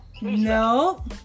No